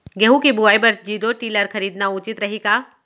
गेहूँ के बुवाई बर जीरो टिलर खरीदना उचित रही का?